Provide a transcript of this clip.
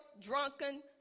drunken